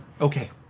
Okay